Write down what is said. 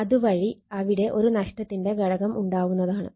അതുവഴി അവിടെ ഒരു നഷ്ടത്തിന്റെ ഘടകം ഉണ്ടാവുന്നതാണ്